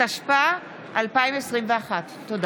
התשפ"א 2021. תודה.